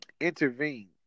intervene